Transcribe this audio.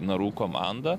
narų komanda